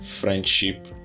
friendship